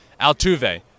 Altuve